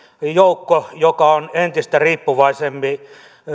joukko joka on entistä riippuvaisempi